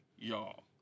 y'all